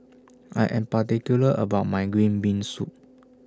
I Am particular about My Green Bean Soup